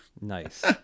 Nice